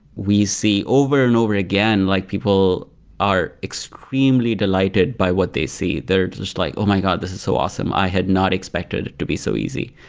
we see over and over again, like people are extremely delighted by what they see. they're just like, oh, my god. this is so awesome. i had not expected it to be so easy.